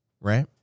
right